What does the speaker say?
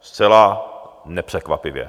Zcela nepřekvapivě.